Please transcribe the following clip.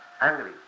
angry